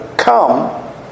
Come